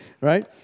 right